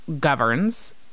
governs